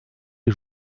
les